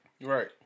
Right